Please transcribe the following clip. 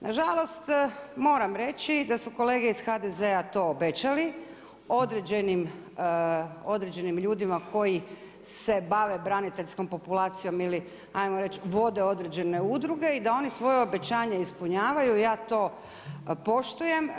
Na žalost moram reći da su kolege iz HDZ-a to obećali određenim ljudima koji se bave braniteljskom populacijom ili hajmo reći vode određene udruge i da oni svoje obećanje ispunjavaju ja to poštujem.